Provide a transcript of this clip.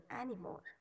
anymore